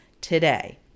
today